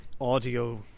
audio